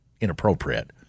inappropriate